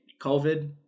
COVID